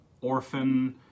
orphan